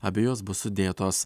abi jos bus sudėtos